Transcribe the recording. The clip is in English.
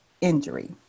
injury